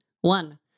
One